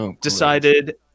decided